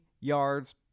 yards